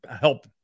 help